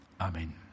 Amen